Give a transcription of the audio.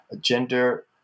gender